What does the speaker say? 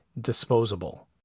disposable